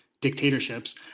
dictatorships